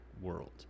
world